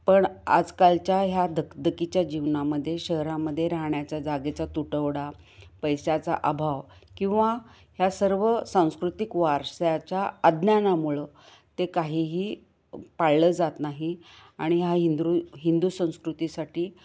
पण आजकालच्या ह्या दगदगीच्या जीवनामध्ये शहरामध्ये राहण्याच्या जागेचा तुटवडा पैशाचा अभाव किंवा ह्या सर्व सांस्कृतिक वारशाच्या अज्ञानामुळं ते काहीही पाळलं जात नाही आणि हा हिंदू हिंदू संस्कृतीसाठी